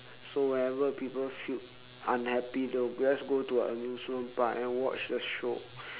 so whenever people feel unhappy they will just go to a amusement park and watch the show